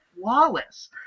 flawless